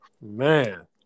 Man